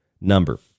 number